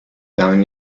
down